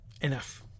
Enough